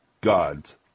God's